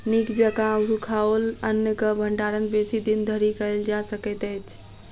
नीक जकाँ सुखाओल अन्नक भंडारण बेसी दिन धरि कयल जा सकैत अछि